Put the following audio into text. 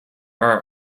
are